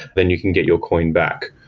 then you can get your coin back.